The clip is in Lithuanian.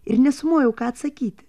ir nesumojau ką atsakyti